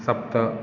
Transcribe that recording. सप्त